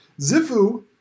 Zifu